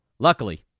Luckily